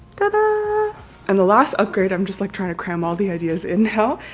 tada! and the last upgrade, i'm just like trying to cram all the ideas in now,